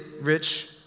rich